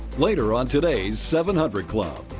later on todays seven hundred club.